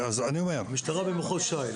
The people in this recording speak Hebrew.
המשטרה במחוז ש"י.